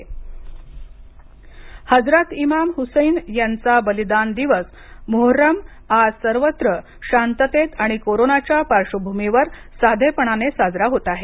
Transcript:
मुहर्रम हजरत इमाम हुसैन यांचा बलिदान दिवस मुहर्रम आज सर्वत्र शांततेत आणि कोरोनाच्या पार्वभूमीवर साधेपणाने साजरा होत आहे